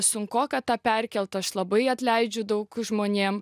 sunkoka tą perkelt aš labai atleidžiu daug žmonėm